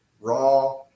raw